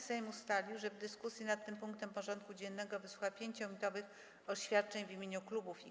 Sejm ustalił, że w dyskusji nad tym punktem porządku dziennego wysłucha 5-minutowych oświadczeń w imieniu klubów i koła.